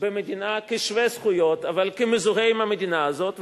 במדינה כשווה זכויות אבל כמזוהה עם המדינה הזאת,